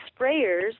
sprayers